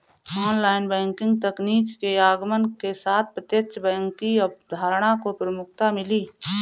online banking तकनीक के आगमन के साथ प्रत्यक्ष बैंक की अवधारणा को प्रमुखता मिली